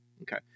Okay